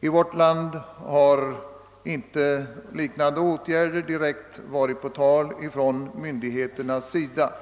I vårt land har liknande åtgärder inte varit på tal från myndigheternas sida.